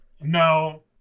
no